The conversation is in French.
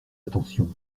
attention